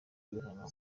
ibihano